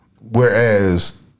Whereas